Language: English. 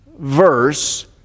verse